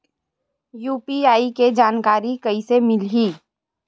UPI के जानकारी कइसे मिलही?